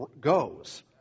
goes